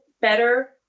better